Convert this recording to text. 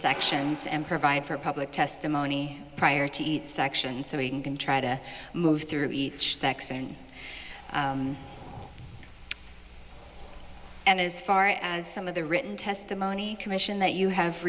sections and provide for public testimony prior to each section so we can try to move through each texan and as far as some of the written testimony commission that you have